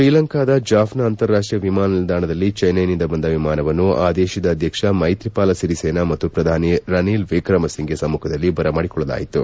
ಶ್ರೀಲಂಕಾದ ಜಾಫ್ನಾ ಅಂತಾರಾಷ್ಷೀಯ ವಿಮಾನ ನಿಲ್ದಾಣದಲ್ಲಿ ಚೆನ್ನೈನಿಂದ ಬಂದ ವಿಮಾನವನ್ನು ಆ ದೇಶದ ಅಧ್ಯಕ್ಷ ಮೈತ್ರಿಪಾಲ ಸಿರಿಸೇನಾ ಮತ್ತು ಪ್ರಧಾನಿ ರನೀಲ್ ವಿಕ್ರಮ ಸಿಂಘೆ ಸಮ್ಮಖದಲ್ಲಿ ಬರಮಾಡಿಕೊಳ್ಳಲಾಯಿತು